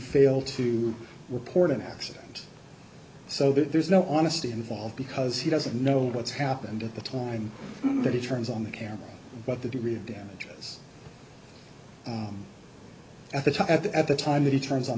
fail to report an accident so there's no honesty involved because he doesn't know what's happened at the time that he turns on the camera but the degree of damage is at the top at the at the time that he turns on